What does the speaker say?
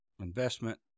investment